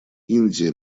индия